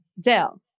Dell